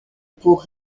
pour